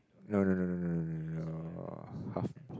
no no no no no no no half